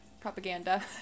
propaganda